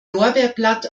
lorbeerblatt